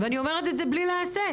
אני אומרת את זה בלי להסס.